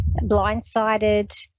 blindsided